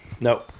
no